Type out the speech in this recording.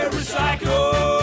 recycle